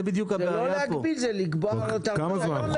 זה לא להגביל זה לקבוע קריטריון לגביו.